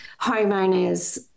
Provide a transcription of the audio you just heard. homeowners